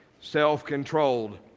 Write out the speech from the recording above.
self-controlled